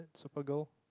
Supergirl